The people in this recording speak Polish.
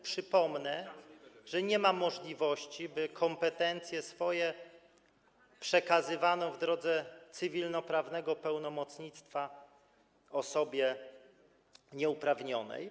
Przypomnę, że nie ma możliwości, by swoje kompetencje przekazywano w drodze cywilnoprawnego pełnomocnictwa osobie nieuprawnionej.